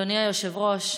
אדוני היושב-ראש,